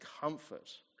comfort